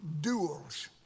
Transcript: duels